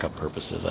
purposes